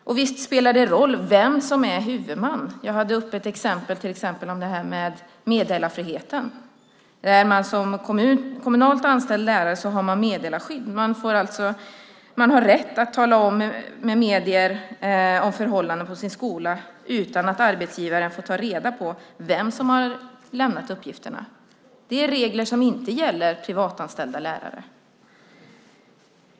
Och visst spelar det roll vem som är huvudman. Jag hade uppe ett exempel om meddelarfriheten. Som kommunalt anställd lärare har man meddelarskydd. Man har rätt att tala med medier om förhållandena på sin skola utan att arbetsgivaren får ta reda på vem som har lämnat uppgifterna. Det är regler som inte gäller privatanställda lärare.